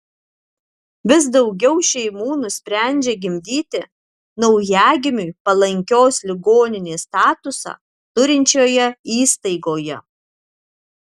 vis daugiau šeimų nusprendžia gimdyti naujagimiui palankios ligoninės statusą turinčioje įstaigoje